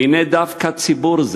והנה דווקא ציבור זה,